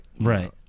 right